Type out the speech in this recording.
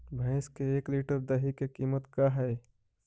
भैंस के एक लीटर दही के कीमत का है?